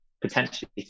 potentially